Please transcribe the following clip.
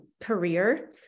career